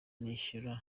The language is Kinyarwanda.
nishyura